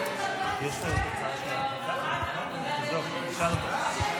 התשפ"ה 2024, לוועדת הכלכלה נתקבלה.